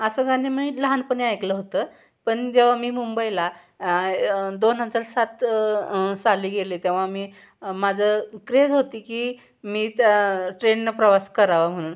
असं गाणं मी लहानपणी ऐकलं होतं पण जेव्हा मी मुंबईला दोन हजार सात साली गेले तेव्हा मी माझं क्रेझ होती की मी त्या ट्रेननं प्रवास करावा म्हणून